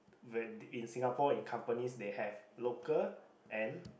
when in Singapore in companies they have local and